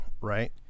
right